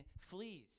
flees